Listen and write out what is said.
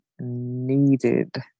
needed